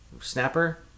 snapper